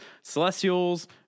celestials